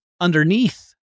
underneath